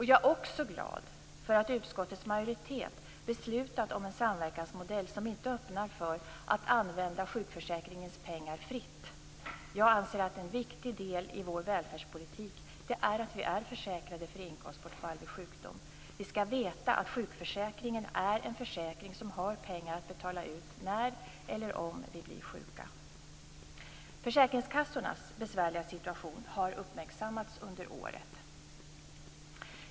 Jag är också glad att utskottets majoritet har beslutat om en samverkansmodell som inte öppnar för att använda sjukförsäkringens pengar fritt. Jag anser att en viktig del i vår välfärdspolitik är att vi är försäkrade mot inkomstbortfall vid sjukdom. Vi skall veta att sjukförsäkringen är en försäkring som har pengar att betala ut när eller om vi blir sjuka. Försäkringskassornas besvärliga situation har uppmärksammats under året.